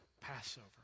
Passover